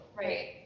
Right